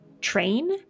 train